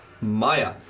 Maya